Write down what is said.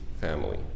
family